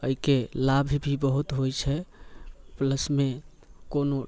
एहिके लाभ भी बहुत होइत छै प्लसमे कोनो